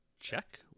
check